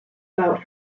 about